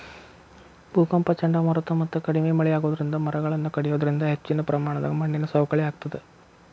ಭೂಕಂಪ ಚಂಡಮಾರುತ ಮತ್ತ ಕಡಿಮಿ ಮಳೆ ಆಗೋದರಿಂದ ಮರಗಳನ್ನ ಕಡಿಯೋದರಿಂದ ಹೆಚ್ಚಿನ ಪ್ರಮಾಣದಾಗ ಮಣ್ಣಿನ ಸವಕಳಿ ಆಗ್ತದ